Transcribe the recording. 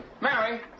Mary